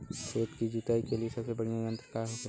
खेत की जुताई के लिए सबसे बढ़ियां यंत्र का होखेला?